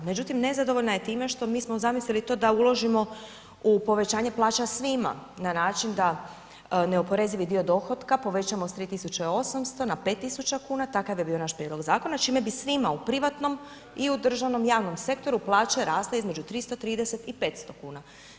Međutim nezadovoljna je time što mi smo zamislili to da uložimo u povećanje plaća svima na način da neoporezivi dio dohotka povećamo sa 3800 na 5000 kuna, takav je bio naš prijedlog zakona, čime bi svima u privatnom i u državnom i javnom sektoru, plaće rasle između 330 i 500 kuna.